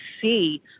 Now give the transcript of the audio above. see